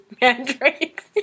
mandrakes